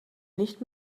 nicht